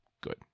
Good